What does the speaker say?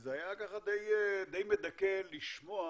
וזה היה די מדכא לשמוע